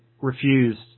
refused